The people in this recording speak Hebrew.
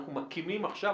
אנחנו מקימים עכשיו,